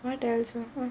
what else (uh huh)